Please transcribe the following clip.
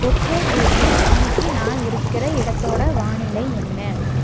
okay Google இன்னைக்கு நான் இருக்கிற இடத்தோட வானிலை என்ன